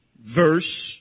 Verse